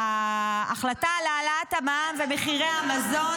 ההחלטות על העלאת המע"מ ומחירי המזון